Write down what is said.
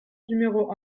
numéro